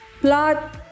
plot